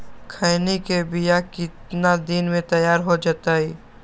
खैनी के बिया कितना दिन मे तैयार हो जताइए?